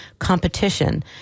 competition